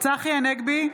צחי הנגבי,